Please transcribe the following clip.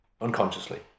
unconsciously